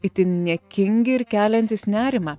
itin niekingi ir keliantys nerimą